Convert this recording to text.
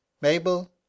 Mabel